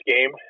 game